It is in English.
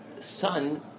son